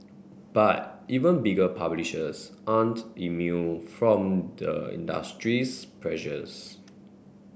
but even bigger publishers aren't immune from the industry's pressures